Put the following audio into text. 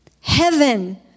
heaven